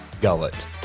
gullet